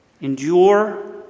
Endure